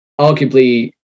arguably